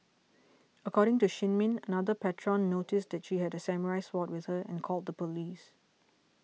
according to Shin Min another patron noticed that she had a samurai sword with her and called the police